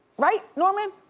right, norman?